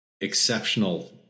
exceptional